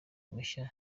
mushya